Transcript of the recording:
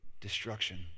destruction